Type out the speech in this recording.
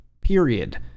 period